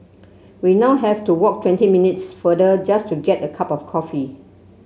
we now have to walk twenty minutes farther just to get a cup of coffee